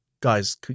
guys